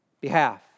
behalf